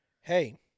Hey